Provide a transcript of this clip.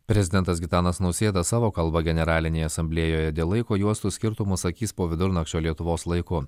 prezidentas gitanas nausėda savo kalbą generalinėje asamblėjoje dėl laiko juostų skirtumo sakys po vidurnakčio lietuvos laiku